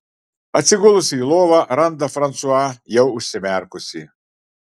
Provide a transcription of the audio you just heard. atsigulusi į lovą randa fransua jau užsimerkusį